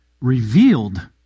Revealed